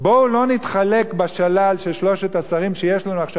בואו לא נתחלק בשלל של שלושת השרים שיש לנו עכשיו,